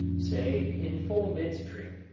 say, in full midstream,